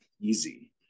easy